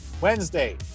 Wednesday